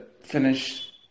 finish